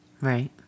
Right